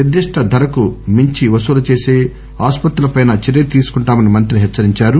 నిర్దిష్ట ధరకు మించి వసూలు చేసి ఆసుపత్రులపై చర్య తీసుకుంటామని మంత్రి హెచ్చరించారు